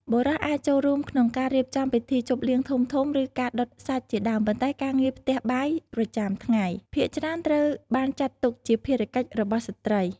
បុរសអាចចូលរួមក្នុងការរៀបចំពិធីជប់លៀងធំៗ ឬការដុតសាច់ជាដើម ប៉ុន្តែការងារផ្ទះបាយប្រចាំថ្ងៃ ភាគច្រើនត្រូវបានចាត់ទុកជាភារកិច្ចរបស់ស្ត្រី។